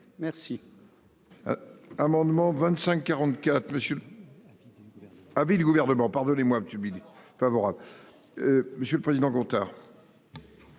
Merci